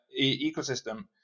ecosystem